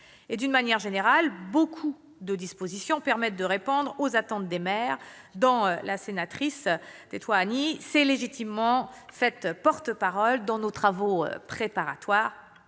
D'une manière générale, de nombreuses dispositions permettent de répondre aux attentes des maires, dont la sénatrice Lana Tetuanui s'est légitimement faite la porte-parole au cours de nos travaux préparatoires.